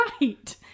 Right